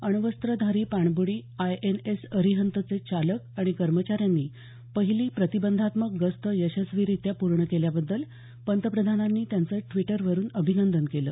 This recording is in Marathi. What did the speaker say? अण्वस्त्रधारी पाणब्डी आयएनएस अरिहन्तचे चालक आणि कर्मचाऱ्यांनी पहिली प्रतिबंधात्मक गस्त यशस्वीरित्या पूर्ण केल्याबद्दल पंतप्रधानांनी त्यांचं द्विटरवरुन अभिनंदन केलं